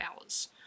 hours